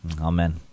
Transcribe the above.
Amen